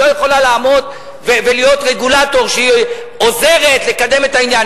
היא לא יכולה לעמוד ולהיות רגולטור שהיא עוזרת לקדם את העניין,